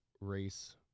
race